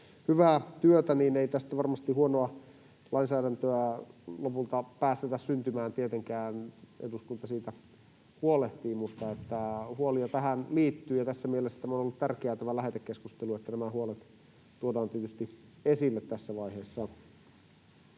hyvää työtä, niin ei tästä varmasti huonoa lainsäädäntöä lopulta päästetä syntymään tietenkään. Eduskunta siitä huolehtii, mutta huolia tähän liittyy, ja tässä mielessä on ollut tärkeä tämä lähetekeskustelu, että nämä huolet tuodaan tietysti esille tässä vaiheessa.